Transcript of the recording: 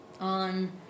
on